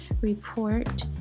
report